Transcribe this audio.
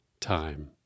time